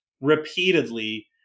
repeatedly